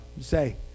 say